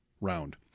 round